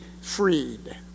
freed